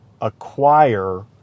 acquire